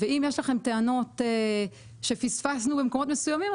אם יש לכם תקנות שפספסנו במקומות מסויימים,